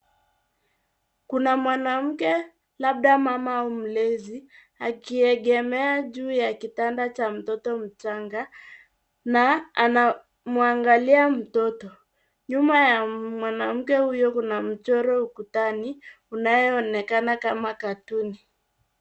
Kuna mwanamke, labda mama au mlezi akiegemea juu ya kitanda cha mtoto mchanga na anamwangalia mtoto, nyuma ya mwanamke huyo kuna mchoro ukutani unayoonekaa kama katuni.